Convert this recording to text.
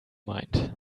mind